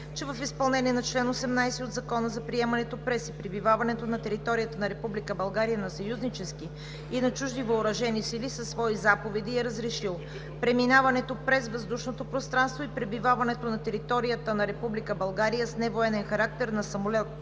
че в изпълнение на чл. 18 от Закона за приемането през и пребиваването на територията на Република България на съюзнически и на чужди въоръжени сили със свои заповеди е разрешил: – преминаването през въздушното пространство и пребиваването на територията на Република България с невоенен характер на самолет